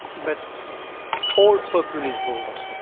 but all populist votes,